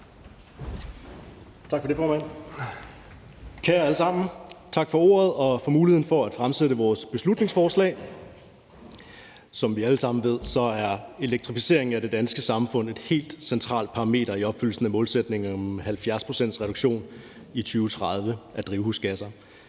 Tak for det, formand. Kære alle sammen, tak for ordet og for muligheden for at fremsætte vores beslutningsforslag. Som vi alle sammen ved, er elektrificeringen af det danske samfund et helt centralt parameter i opfyldelsen af målsætningerne om en 70-procentsreduktion af drivhusgasser